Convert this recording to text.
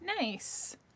Nice